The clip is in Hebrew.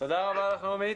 תודה רבה לך, נעמי.